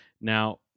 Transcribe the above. Now